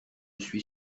suis